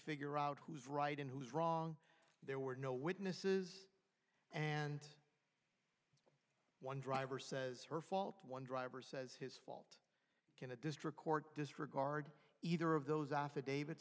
figure out who's right and who's wrong there were no witnesses and one driver says her fault one driver says his fault in a district court disregard either of those affidavi